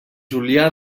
julià